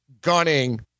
gunning